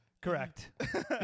Correct